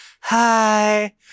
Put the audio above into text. Hi